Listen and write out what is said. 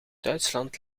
duitsland